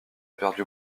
perdu